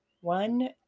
one